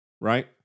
right